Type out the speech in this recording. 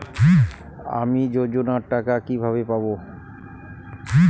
আমি যোজনার টাকা কিভাবে পাবো?